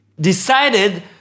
decided